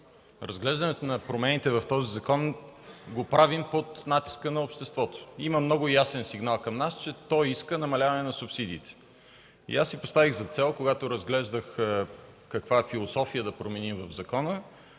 разглеждането на промените в този закон правим под натиска на обществото. Има много ясен сигнал към нас, че то иска намаляване на субсидиите. Аз си поставих за цел, когато разглеждах каква философия да променим в закона,